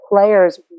players